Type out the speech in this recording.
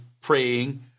praying